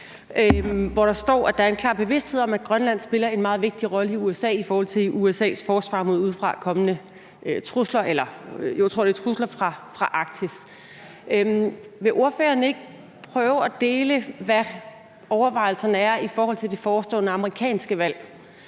hvor der står, at man har en klar bevidsthed om, at Grønland spiller en meget vigtig rolle i USA’s forsvar imod udefrakommende trusler fra særligt den arktiske region. Vil ordføreren ikke prøve at dele, hvad overvejelsen er i forhold til det forestående amerikanske valg,